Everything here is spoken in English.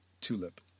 tulip